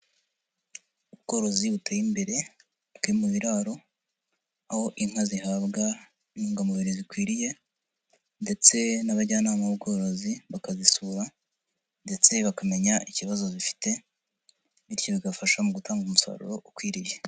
Ubworozi buteye imbere bwo mu biraro, aho inka zihabwa intungamubiri zikwiriye, ndetse n’abajyanama b’ubworozi bakazisura, bakamenya ikibazo zifite, bityo bigafasha mu gutanga umusaruro ukwiriye.